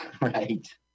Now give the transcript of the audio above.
Right